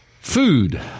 food